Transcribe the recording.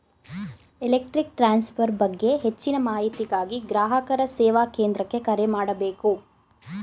electric transfer ಬಗ್ಗೆ ಹೆಚ್ಚಿನ ಮಾಹಿತಿಗಾಗಿ ಗ್ರಾಹಕರ ಸೇವಾ ಕೇಂದ್ರಕ್ಕೆ ಕರೆ ಮಾಡಬೇಕು